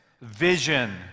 vision